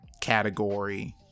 category